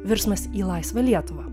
virsmas į laisvą lietuvą